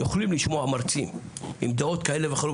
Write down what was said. יכולים לשמוע מרצים עם דעות כאלה ואחרות,